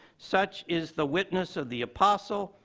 such is the witness of the apostle,